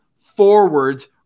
forwards